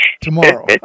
tomorrow